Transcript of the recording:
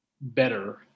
better